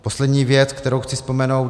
Poslední věc, kterou chci vzpomenout.